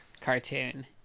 cartoon